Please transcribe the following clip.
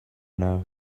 now